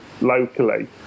locally